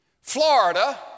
Florida